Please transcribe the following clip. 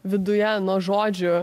viduje nuo žodžių